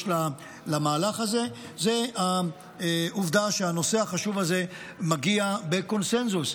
למהלך הזה זה העובדה שהנושא החשוב הזה מגיע בקונסנזוס.